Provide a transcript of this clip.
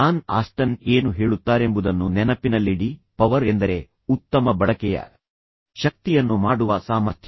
ನೀವು ಪವರ್ ಅನ್ನು ಬಳಸಬೇಕಾಗಿದ್ದರೆ ಜಾನ್ ಆಸ್ಟನ್ ಏನು ಹೇಳುತ್ತಾರೆಂಬುದನ್ನು ನೆನಪಿನಲ್ಲಿಡಿ ಪವರ್ ಎಂದರೆ ಉತ್ತಮ ಬಳಕೆಯ ಶಕ್ತಿಯನ್ನು ಮಾಡುವ ಸಾಮರ್ಥ್ಯ